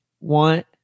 want